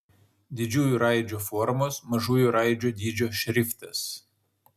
didžiųjų raidžių formos mažųjų raidžių dydžio šriftas